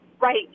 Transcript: right